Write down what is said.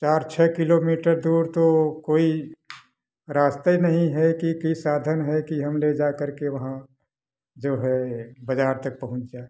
चार छः किलोमीटर दूर तो कोई रास्ता ही नहीं है कि कि साधन है कि हम ले जाकर के वहाँ जो है बाजार तक पहुँच जाऍं